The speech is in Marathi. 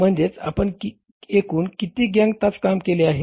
म्हणजेच आपण एकूण किती गॅंग तास काम केले आहे